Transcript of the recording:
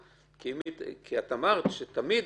כי אמרת שתמיד